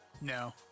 No